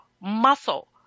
muscle